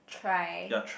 try